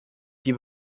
die